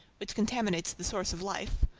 which contaminates the source of life,